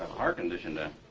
heart condition then.